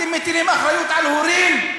אתם מטילים אחריות על הורים.